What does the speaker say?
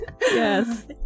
Yes